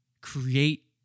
create